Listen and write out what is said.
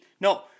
No